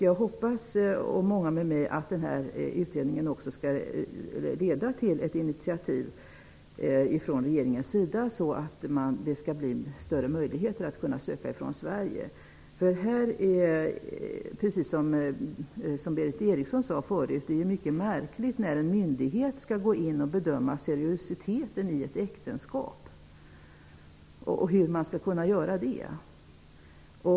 Jag och många med mig hoppas att utredningen skall leda till ett initiativ från regeringens sida så att det blir större möjligheter att söka från Sverige. Det är, precis som Berith Eriksson sade förut, mycket märkligt att en myndighet skall gå in och bedöma seriositeten i ett äktenskap. Hur skall man kunna göra det?